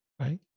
right